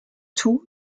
tout